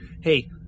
hey